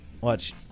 Watch